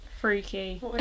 Freaky